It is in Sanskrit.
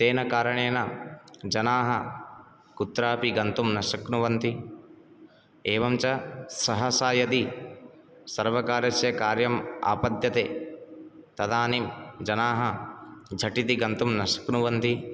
तेन कारणेन जनाः कुत्रापि गन्तुं न शक्नुवन्ति एवं च सहसा यदि सर्वकार्यस्य कार्यम् आपद्यते तदानीं जनाः झटिति गन्तुं न शक्नुवन्ति